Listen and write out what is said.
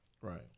Right